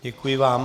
Děkuji vám.